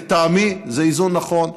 לטעמי זה איזון נכון.